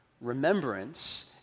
Remembrance